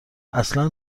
اصلا